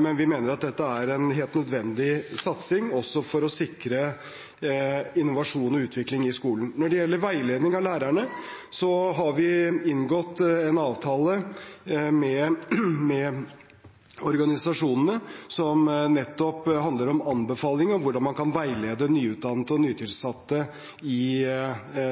men vi mener at dette er en helt nødvendig satsing også for å sikre innovasjon og utvikling i skolen. Når det gjelder veiledning av lærerne, har vi inngått en avtale med organisasjonene som nettopp handler om anbefaling om hvordan man kan veilede nyutdannede og nytilsatte i